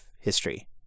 history